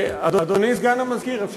אדוני סגן המזכיר, אפשר להגביר?